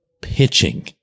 pitching